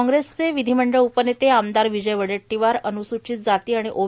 कांग्रेसचे विधीमंडळ उपनेते आमदार विजय वडेट्टीवार अन्सूचित जाती आणि ओ